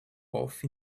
off